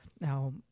now